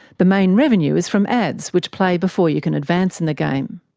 the main revenue is from ads, which play before you can advance in the game.